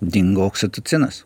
dingo oksitocinas